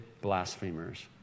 blasphemers